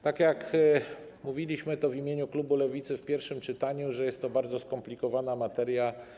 Tak jak mówiliśmy w imieniu klubu Lewicy w pierwszym czytaniu, jest to bardzo skomplikowana materia.